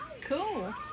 Cool